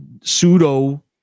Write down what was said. pseudo